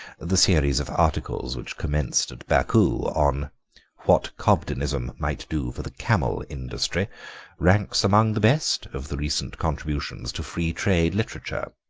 the series of articles which commenced at baku on what cobdenism might do for the camel industry ranks among the best of the recent contributions to free trade literature,